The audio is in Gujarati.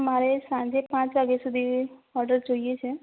મારે સાંજે પાંચ વાગ્યા સુધી ઓર્ડર જોઈએ છે